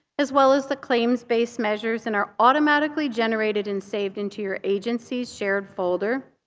as well as the claims-based measures and are automatically generated and saved into your agency's shared folder.